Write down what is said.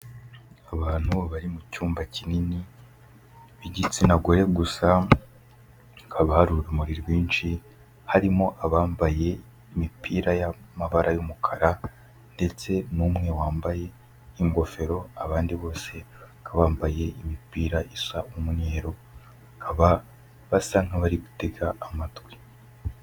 Abantu bari mu cyumba kinini b'igitsina gore gusa, hakaba hari urumuri rwinshi, harimo abambaye imipira y'amabara y'umukara ndetse n'umwe wambaye ingofero, abandi bose bakaba bambaye imipira isa umweru, bakaba basa nk'abari gutega amatwi.